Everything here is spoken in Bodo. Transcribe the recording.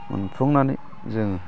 मोनफुंनानै जों